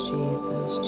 Jesus